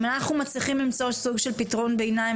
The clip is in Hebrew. אם אנחנו מצליחים למצוא סוג של פתרון ביניים,